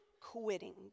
quitting